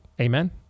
Amen